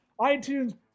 iTunes